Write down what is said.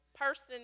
person